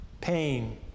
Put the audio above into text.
pain